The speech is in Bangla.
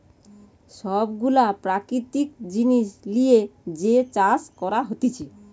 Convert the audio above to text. সব গুলা প্রাকৃতিক জিনিস লিয়ে যে চাষ করা হতিছে